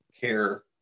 care